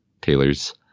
Taylor's